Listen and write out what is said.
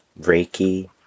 Reiki